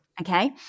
Okay